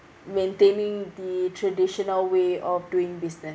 maintaining the traditional way of doing business